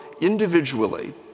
individually